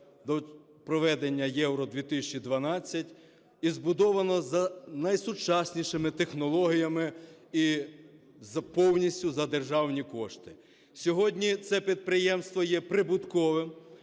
до проведення Євро-2012 і збудовано за найсучаснішими технологіями і повністю за державні кошти. Сьогодні це підприємство є прибутковим,